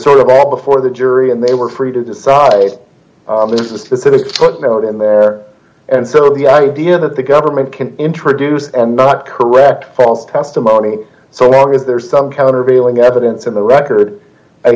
sort of all before the jury and they were free to decide hey this is the note in there and so the idea that the government can introduce and not correct false testimony so long as there's some countervailing evidence in the record i